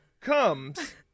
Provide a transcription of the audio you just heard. comes